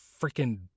freaking